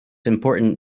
important